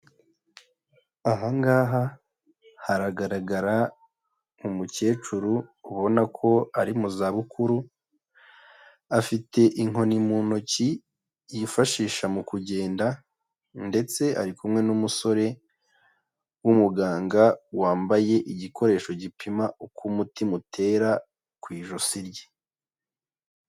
Aha ngaha haragaragara umukecuru ubona ko ari mu zabukuru, afite inkoni mu ntoki yifashisha mu kugenda ndetse ari kumwe n'umusore w'umuganga, wambaye igikoresho gipima uko umutima utera, ku ijosi rye.